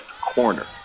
corner